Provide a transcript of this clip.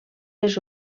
les